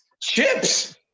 chips